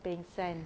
pengsan